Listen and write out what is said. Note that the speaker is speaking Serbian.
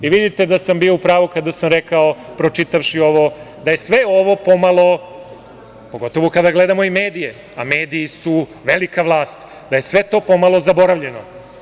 Vidite da sam bio u pravu kada sam rekao pročitavši ovo, da je sve ovo po malo, pogotovo kada gledamo i medije, a mediji su velika vlast, da je sve to po malo zaboravljeno.